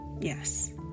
Yes